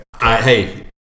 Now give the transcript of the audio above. Hey